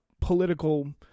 political